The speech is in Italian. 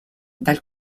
dal